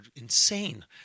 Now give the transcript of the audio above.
insane